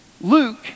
Luke